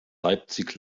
leipzig